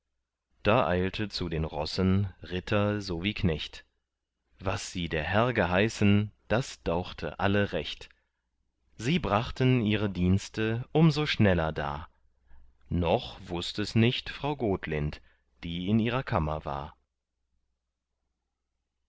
da eilte zu den rossen ritter so wie knecht was sie der herr geheißen das dauchte alle recht sie brachten ihre dienste um so schneller dar noch wußt es nicht frau gotlind die in ihrer kammer war